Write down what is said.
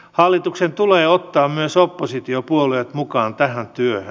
hallituksen tulee ottaa myös oppositiopuolueet mukaan tähän työhön